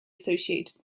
associated